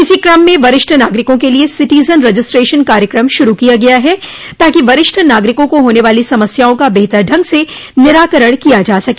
इसी क्रम में वरिष्ठ नागरिकों के लिये सिटीजन रजिस्ट्रेशन कार्यक्रम शुरू किया गया है ताकि वरिष्ठ नागरिकों को होने वाली समस्याओं का बेहतर ढंग से निराकरण किया जा सके